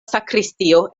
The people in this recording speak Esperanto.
sakristio